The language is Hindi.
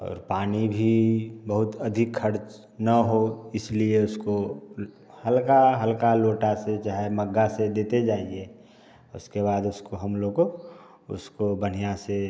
और पानी भी बहुत अधिक खर्च ना हो इसलिए उसको हल्का हल्का लोटा से जाहे मग्गा से देते जाइए उसके बाद उसको हम लोग उसको बढ़िया से